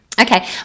Okay